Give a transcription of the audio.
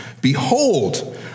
behold